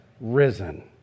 risen